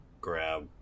grab